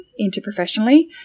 interprofessionally